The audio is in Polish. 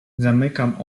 zamykam